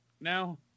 now